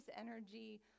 energy